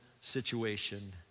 situation